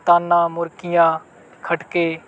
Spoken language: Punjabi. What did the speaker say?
ਤਾਨਾਂ ਮੁਰਕੀਆਂ ਖਟਕੇ